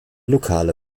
lokale